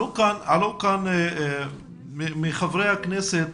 חברי הכנסת